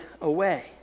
away